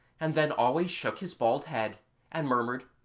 and then always shook his bald head and murmured,